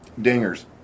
Dingers